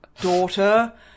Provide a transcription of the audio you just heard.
daughter